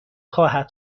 خواهد